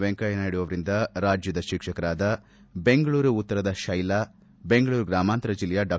ವೆಂಕಯ್ಯ ನಾಯ್ಡ ಅವರಿಂದ ರಾಜ್ಯದ ಶಿಕ್ಷಕರಾದ ಬೆಂಗಳೂರು ಉತ್ತರದ ಶೈಲಾ ಬೆಂಗಳೂರು ಗ್ರಾಮಾಂತರ ಜಿಲ್ಲೆಯ ಡಾ